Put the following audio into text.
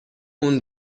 اون